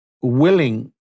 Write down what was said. willing